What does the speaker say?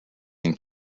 and